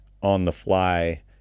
on-the-fly